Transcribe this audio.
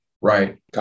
Right